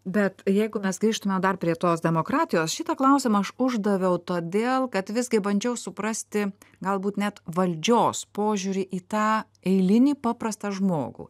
bet jeigu mes grįžtume dar prie tos demokratijos šitą klausimą aš uždaviau todėl kad visgi bandžiau suprasti galbūt net valdžios požiūrį į tą eilinį paprastą žmogų